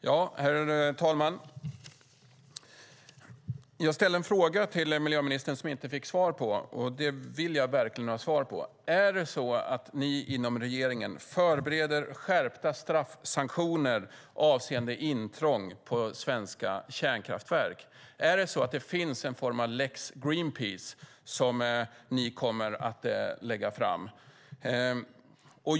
Herr talman! Jag ställde en fråga till miljöministern som jag inte fick svar på. Den vill jag verkligen ha svar på. Förbereder regeringen skärpta straffsanktioner avseende intrång på svenska kärnkraftverk? Finns det en form av lex Greenpeace som ni kommer att lägga fram?